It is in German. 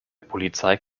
polizei